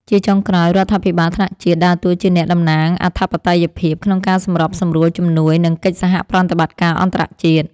ជាចុងក្រោយ រដ្ឋាភិបាលថ្នាក់ជាតិដើរតួជាអ្នកតំណាងអធិបតេយ្យភាពក្នុងការសម្របសម្រួលជំនួយ និងកិច្ចសហប្រតិបត្តិការអន្តរជាតិ។